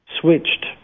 switched